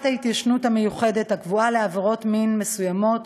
ההתיישנות המיוחדת הקבועה לעבירות מין מסוימות